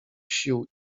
sił